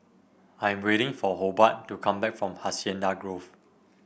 I am waiting for Hobart to come back from Hacienda Grove